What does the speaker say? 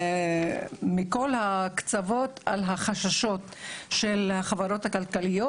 מכל הקצוות על החששות של החברות הכלכליות